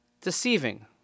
deceiving